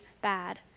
bad